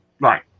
Right